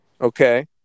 Okay